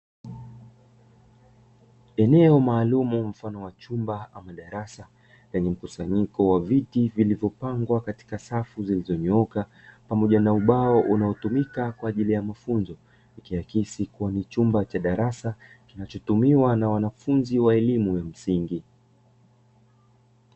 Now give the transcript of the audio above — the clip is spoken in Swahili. Eneo maalumu mfano wa chumba au darasa; lenye mkusanyiko wa viti vilivyopangwa katika safu zilizonyooka, pamoja na ubao unaotumika kwa ajili ya mafunzo; ikiakisi kuwa ni chumba cha darasa, kinachotumiwa na wanafunzi wa elimu ya msingi.